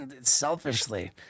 selfishly